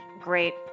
Great